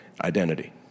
identity